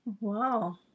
Wow